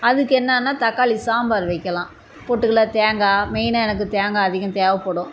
அதுக்கு என்னென்னா தக்காளி சாம்பார் வைக்கலாம் பொட்டுக்கடலை தேங்காய் மெயினா எனக்கு தேங்காய் அதிகமாக தேவைப்படும்